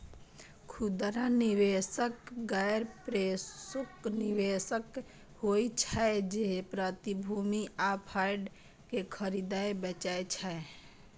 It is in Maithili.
खुदरा निवेशक गैर पेशेवर निवेशक होइ छै, जे प्रतिभूति आ फंड कें खरीदै बेचै छै